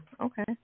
okay